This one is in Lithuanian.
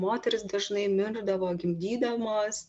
moterys dažnai mirdavo gimdydamos